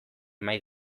mahai